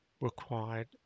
required